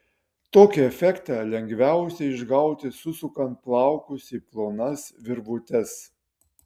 tokį efektą lengviausia išgauti susukant plaukus į plonas virvutes